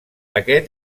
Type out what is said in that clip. aquest